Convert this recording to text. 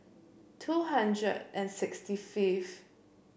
two hundred and sixty fifth